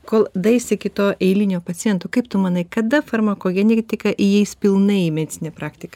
kol daeis iki to eilinio paciento kaip tu manai kada farmakogenetika įeis pilnai į medicininę praktiką